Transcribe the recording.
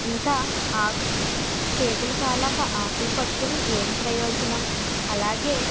ఇంకా ఆ చేతులు కాలాక ఆకులు పట్టుకుని ఏం ప్రయోజనం అలాగే